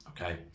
okay